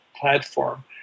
platform